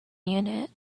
munich